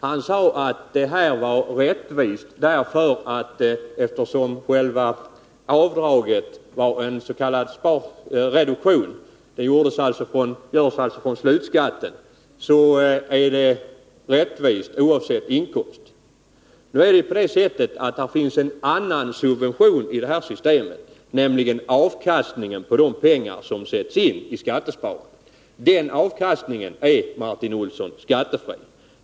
Han sade att systemet var rättvist — oavsett inkomst — eftersom själva avdraget var en s.k. sparskattereduktion, dvs. det drogs från slutskatten. Det finns en annan subvention i det här systemet, nämligen avkastningen på de pengar som sätts iniskattefondsparandet. Den avkastningen är, Martin Olsson, skattefri.